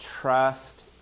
Trust